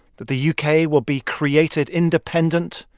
that the u k. will be created independent,